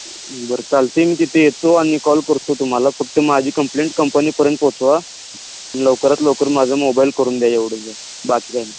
बरं चालतं आहे मी तिथे येतो आणि कॉल करतो तुम्हाला फक्त माझी कंप्लेंट कंपनीपर्यंत पोहोचवा लवकरात लवकर माझं मोबाईल करून द्या एवढंच आहे बाकी काही नाही